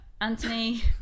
Anthony